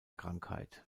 krankheit